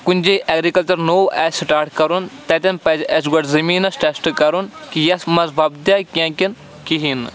کُنہِ جاے ایٚگرِکَلچَر نوٚو آسہِ سٹاٹ کَرُن تَتٮ۪ن پَزِ اَسہِ گۄڈٕ زٔمیٖنَس ٹیسٹ کَرُن کہِ یَتھ منٛز وۄپدیا کینٛہہ کِنہٕ کِہیٖنۍ نہٕ